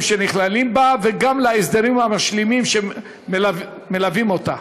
שנכללים בה וגם להסדרים המשלימים שמלווים אותה,